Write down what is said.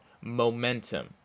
momentum